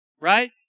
right